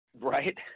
Right